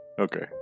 Okay